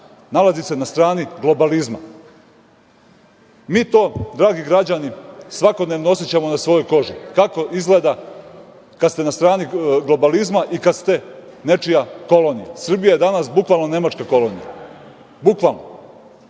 nalazi se na strani globalizma. Mi to, dragi građani, svakodnevno osećamo na svojoj koži kako izgleda kad ste na strani globalizma i kad ste nečija kolonija. Srbija je danas, bukvalno, Nemačka kolonija, bukvalno. Ovaj